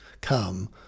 come